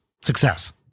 success